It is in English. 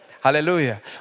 Hallelujah